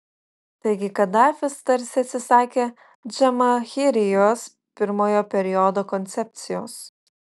taigi kadafis tarsi atsisakė džamahirijos pirmojo periodo koncepcijos